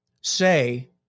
say